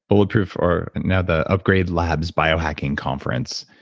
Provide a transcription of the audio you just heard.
bulletproof, or now the upgrade labs biohacking conference,